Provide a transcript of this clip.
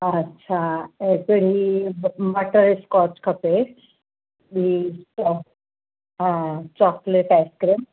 अछा ऐं तुंहिंजी बटरस्कॉच खपे ॿी चॉ हा चॉकलेट आइसक्रीम